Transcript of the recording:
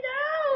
no